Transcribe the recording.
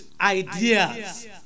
ideas